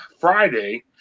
Friday